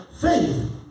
faith